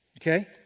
Okay